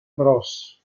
bros